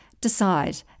Decide